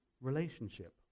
relationship